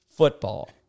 Football